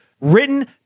Written